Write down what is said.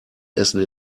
essen